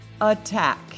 attack